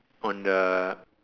on the